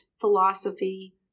philosophy